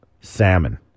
salmon